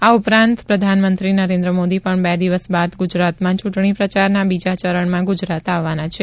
આ ઉપરાંત પ્રધાનમંત્રી નરેન્દ્ર મોદી પણ બે દિવસ બાદ ગુજરાતમાં ચૂંટણી પ્રચારના બીજા ચરણમાં ગુજરાત આવવાના છે